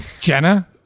Jenna